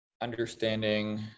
understanding